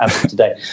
today